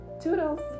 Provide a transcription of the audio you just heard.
toodles